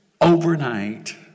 Overnight